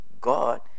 God